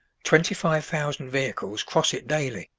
twenty-five thousand vehicles cross it daily,